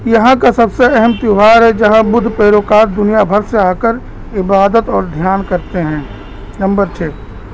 یہاں کا سب سے اہم تیوہار ہے جہاں بدھ پیروکار دنیا بھر سے آ کر عبادت اور دھیان کرتے ہیں نمبر چھ